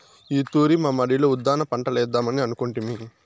ఈ తూరి మా మడిలో ఉద్దాన పంటలేద్దామని అనుకొంటిమి